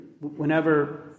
whenever